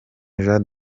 jean